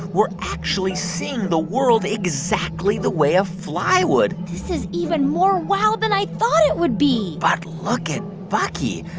we're actually seeing the world exactly the way a fly would this is even more wow than i thought it would be but look at bucky.